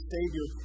Savior